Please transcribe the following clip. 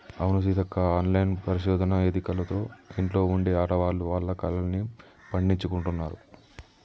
అవును సీతక్క ఆన్లైన్ పరిశోధన ఎదికలతో ఇంట్లో ఉండే ఆడవాళ్లు వాళ్ల కలల్ని పండించుకుంటున్నారు